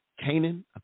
canaan